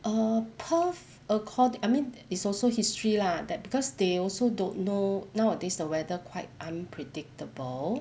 err perth accord~ I mean it's also history lah that because they also don't know nowadays the weather quite unpredictable